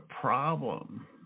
problem